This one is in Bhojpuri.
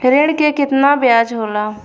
ऋण के कितना ब्याज होला?